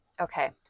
Okay